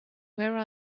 where